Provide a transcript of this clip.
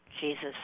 Jesus